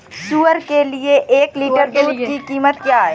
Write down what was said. सुअर के एक लीटर दूध की कीमत क्या है?